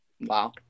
Wow